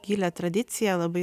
gilią tradiciją labai